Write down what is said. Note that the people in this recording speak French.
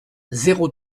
zéro